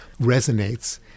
resonates